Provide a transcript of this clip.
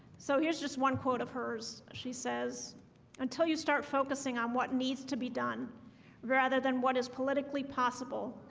so here's just one quote of hers. she says until you start focusing on what needs to be done rather than what is politically possible.